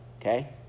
okay